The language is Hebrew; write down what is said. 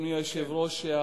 אדוני היושב-ראש,